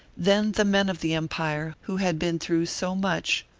then the men of the empire, who had been through so much,